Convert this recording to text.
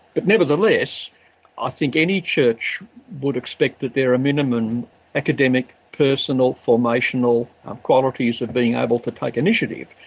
but nevertheless i think any church would expect that there are minimum academic, personal, formational qualities of being able to take initiative,